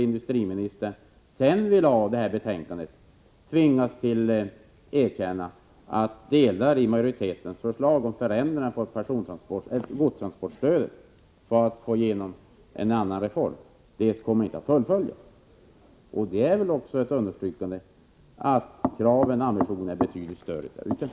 Industriministern har också, sedan vi lagt fram betänkandet, tvingats erkänna att delar av majoritetens förslag om förändringar i godstransportstö det inte kommer att genomföras. Det är väl också ett tecken på att kraven och ambitionerna är betydligt större ute i länen.